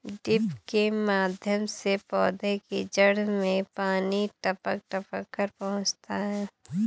drip के माध्यम से पौधे की जड़ में पानी टपक टपक कर पहुँचता है